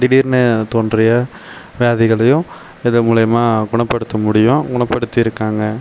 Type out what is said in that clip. திடீரென்னு தோன்றிய வியாதிகளையும் இது மூலமாக குணப்படுத்த முடியும் குணப்படுத்தி இருக்காங்க